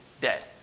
dead